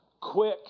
quick